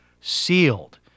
sealed